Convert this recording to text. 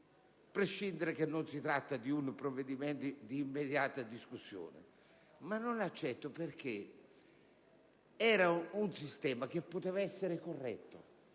a prescindere che non si tratta di un provvedimento di immediata discussione. Non l'accetto perché il sistema poteva essere corretto.